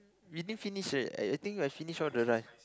you didn't finish right I I think I finish all the rice